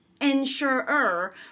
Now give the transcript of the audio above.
insurer